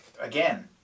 again